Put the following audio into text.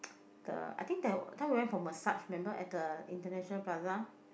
the I think that time we went for massage remember at the International Plaza